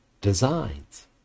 designs